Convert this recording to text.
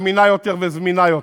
אמינה יותר וזמינה יותר?